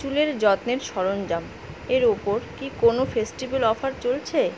চুলের যত্নের সরঞ্জাম এর ওপর কি কোনও ফেস্টিভ্যাল অফার চলছে